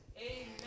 Amen